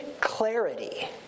clarity